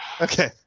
Okay